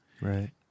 Right